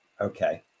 Okay